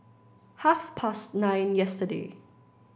half past nine yesterday